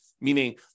meaning